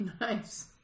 Nice